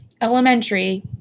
elementary